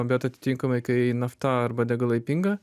bet atitinkamai kai nafta arba degalai pinga